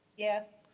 yes.